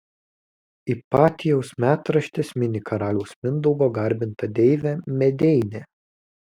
ipatijaus metraštis mini karaliaus mindaugo garbintą deivę medeinę